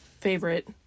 favorite